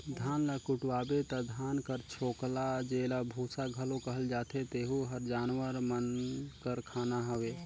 धान ल कुटवाबे ता धान कर छोकला जेला बूसा घलो कहल जाथे तेहू हर जानवर मन कर खाना हवे